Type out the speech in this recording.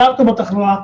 שלטנו בתחלואה.